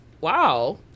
wow